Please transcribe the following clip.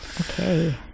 Okay